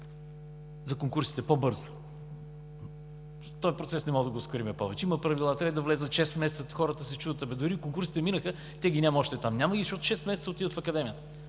за конкурсите. Този процес не можем да го спираме повече. Има правила – трябва да влязат шест месеца. Хората се чудят: „Абе дори конкурсите минаха, тях ги няма още там“. Няма ги, защото 6 месеца отиват в Академията.